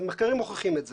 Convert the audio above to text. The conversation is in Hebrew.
מחקרים מוכיחים את זה.